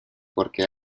porque